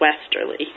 Westerly